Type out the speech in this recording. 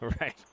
Right